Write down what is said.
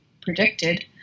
predicted